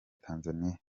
tanzania